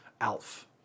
ALF